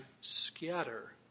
scatter